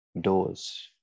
doors